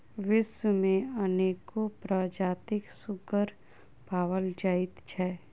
विश्व मे अनेको प्रजातिक सुग्गर पाओल जाइत छै